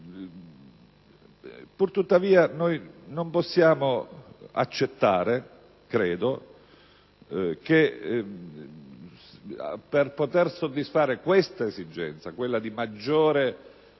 Purtuttavia, noi non possiamo accettare, credo, che per poter soddisfare questa esigenza, quella di maggiore